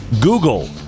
Google